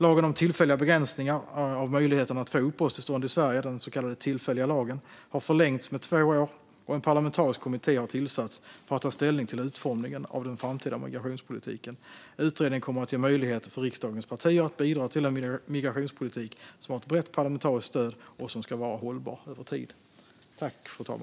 Lagen om tillfälliga begränsningar av möjligheten att få uppehållstillstånd i Sverige, den så kallade tillfälliga lagen, har förlängts med två år, och en parlamentarisk kommitté har tillsatts för att ta ställning till utformningen av den framtida migrationspolitiken. Utredningen kommer att ge riksdagens partier möjlighet att bidra till en migrationspolitik som har ett brett parlamentariskt stöd och som ska vara hållbar över tid.